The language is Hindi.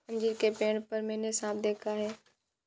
अंजीर के पेड़ पर मैंने साँप देखा